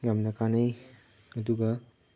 ꯌꯥꯝꯅ ꯀꯥꯟꯅꯩ ꯑꯗꯨꯒ